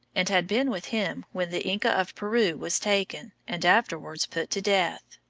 and had been with him when the inca of peru was taken and afterwards put to death.